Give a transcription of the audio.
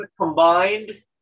combined